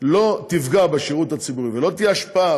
לא תפגע בשירות הציבורי ולא תהיה השפעה,